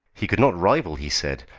he could not rival, he said,